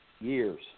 years